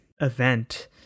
event